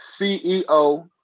CEO